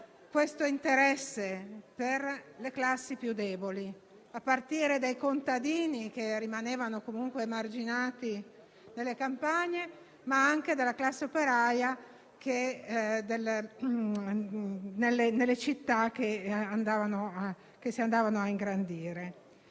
l'interesse per le classi più deboli, a partire dai contadini che rimanevano comunque emarginati nelle campagne, ma anche la classe operaia nelle città che si andavano a ingrandire.